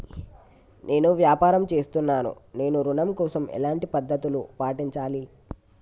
నేను వ్యాపారం చేస్తున్నాను నేను ఋణం కోసం ఎలాంటి పద్దతులు పాటించాలి?